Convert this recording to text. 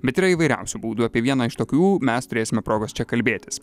bet yra įvairiausių būdų apie vieną iš tokių mes turėsime progos čia kalbėtis